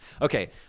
Okay